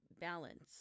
balance